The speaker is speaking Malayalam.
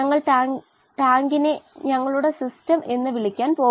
എന്നാൽ ഡിഒ യഥാർത്ഥത്തിൽ ബ്രോത്തിലെ ഓക്സിജന്റെ അളവ് പറയുന്നു